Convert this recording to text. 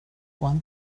one